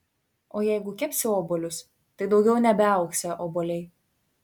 o jeigu kepsi obuolius tai daugiau nebeaugsią obuoliai